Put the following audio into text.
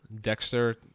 Dexter